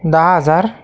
दहा हजार